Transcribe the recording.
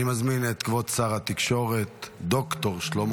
אני מזמין את כבוד שר התקשורת ד"ר שלמה